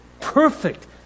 perfect